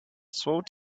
suit